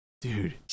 dude